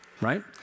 right